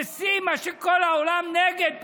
בשיא של כל מה שהעולם נגדו,